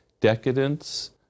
decadence